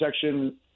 section